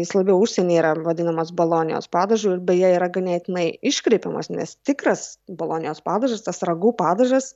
jis labiau užsienyje yra vadinamas bolonijos padažu ir beje yra ganėtinai iškreipiamas nes tikras bolonijos padažas tas ragu padažas